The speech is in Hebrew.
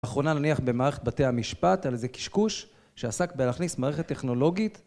לאחרונה נניח במערכת בתי המשפט, על איזה קשקוש, שעסק בלהכניס מערכת טכנולוגית